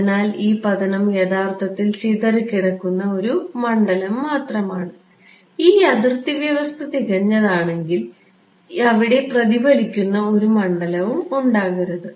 അതിനാൽ ഈ പതനം യഥാർത്ഥത്തിൽ ചിതറിക്കിടക്കുന്ന ഒരു മണ്ഡലം മാത്രമാണ് ഈ അതിർത്തി വ്യവസ്ഥ തികഞ്ഞതാണെങ്കിൽ അവിടെ പ്രതിഫലിക്കുന്ന ഒരു മണ്ഡലവും ഉണ്ടാകരുത്